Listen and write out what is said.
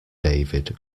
david